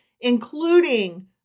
including